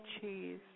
cheese